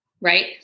right